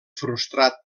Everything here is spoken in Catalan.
frustrat